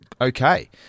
okay